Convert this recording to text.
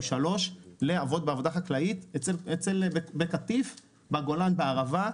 שלושה חודשים לעבוד בעבודה חקלאית בקטיף בגולן ובערבה.